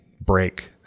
break